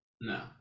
No